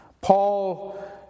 Paul